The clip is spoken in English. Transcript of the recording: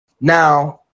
Now